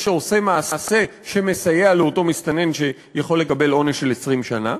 שעושה מעשה שמסייע לאותו מסתנן שיכול לקבל עונש של 20 שנה,